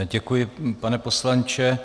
Děkuji, pane poslanče.